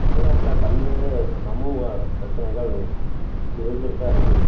தமிழ்நாட்ல பல்வேறு சமூக பிரச்சனைகள் இப்போ இருந்துட்டுதான் இருக்குது